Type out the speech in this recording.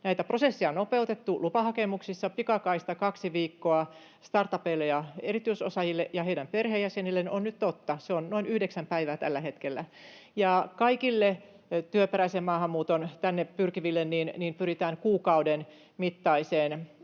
tehty. Prosesseja on nopeutettu lupahakemuksissa. Pikakaista, kaksi viikkoa startupeille ja erityisosaajille ja heidän perheenjäsenilleen, on nyt totta. Se on noin yhdeksän päivää tällä hetkellä. Ja kaikille työperäiseen maahanmuuttoon tänne pyrkiville pyritään kuukauden mittaiseen